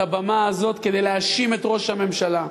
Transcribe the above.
את הבמה הזאת כדי להאשים את ראש הממשלה.